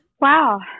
wow